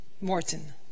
Morton